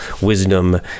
wisdom